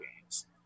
games